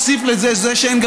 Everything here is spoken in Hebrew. זה לא הוגן.